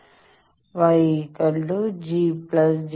Y G j B0